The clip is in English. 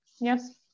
Yes